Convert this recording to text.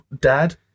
dad